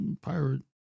Pirate